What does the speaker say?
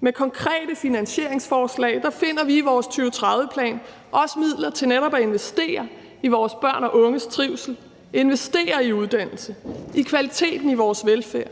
Med konkrete finansieringsforslag finder vi i vores 2030-plan også midler til netop at investere i vores børn og unges trivsel, investere i uddannelse, i kvaliteten af vores velfærd,